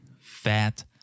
fat